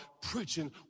preaching